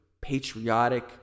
patriotic